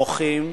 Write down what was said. מוחים,